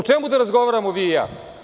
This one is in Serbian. O čemu da razgovaramo vi i ja?